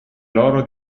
loro